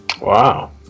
Wow